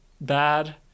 bad